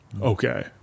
Okay